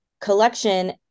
collection